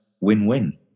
win-win